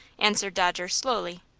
answered dodger, slowly.